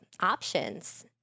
options